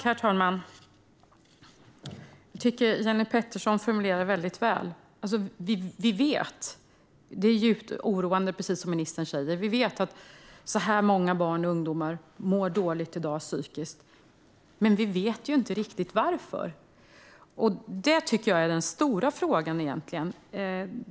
Herr talman! Jag tycker att Jenny Petersson formulerade det väldigt väl: Vi vet - och precis som ministern säger är det djupt oroande - att många barn och ungdomar i dag mår dåligt psykiskt, men vi vet inte riktigt varför. Detta tycker jag egentligen är den stora frågan.